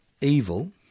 evil